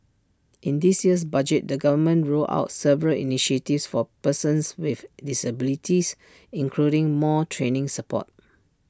in this year's budget the government rolled out several initiatives for persons with disabilities including more training support